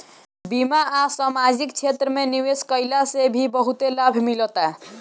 बीमा आ समाजिक क्षेत्र में निवेश कईला से भी बहुते लाभ मिलता